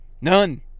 None